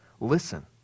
Listen